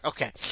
Okay